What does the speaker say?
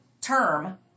term